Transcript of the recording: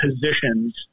positions